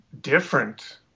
Different